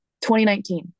2019